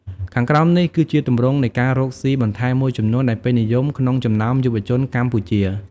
ខាងក្រោមនេះគឺជាទម្រង់នៃការរកស៊ីបន្ថែមមួយចំនួនដែលពេញនិយមក្នុងចំណោមយុវជនកម្ពុជា។